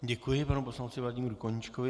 Děkuji panu poslanci Vladimíru Koníčkovi.